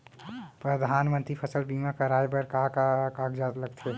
परधानमंतरी फसल बीमा कराये बर का का कागजात लगथे?